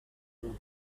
dawn